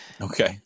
Okay